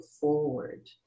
forward